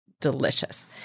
delicious